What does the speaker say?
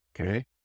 okay